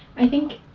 i think,